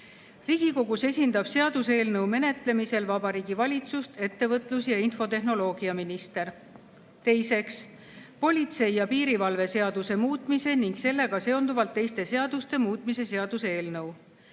Riigikogus esindab seaduseelnõu menetlemisel Vabariigi Valitsust ettevõtlus‑ ja infotehnoloogiaminister. Teiseks, politsei ja piirivalve seaduse muutmise ning sellega seonduvalt teiste seaduste muutmise seaduse eelnõu.